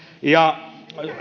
ja